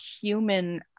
human